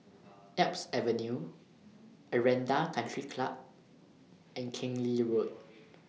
Alps Avenue Aranda Country Club and Keng Lee Road